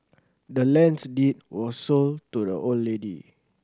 the land's deed was sold to the old lady